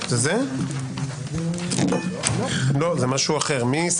מספיקה ההפניה לסעיף 3. בהגדרת "ועד מקומי",